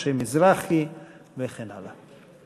משה מזרחי וכן הלאה.